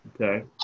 okay